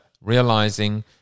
realizing